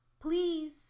Please